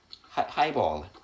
highball